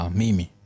mimi